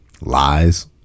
lies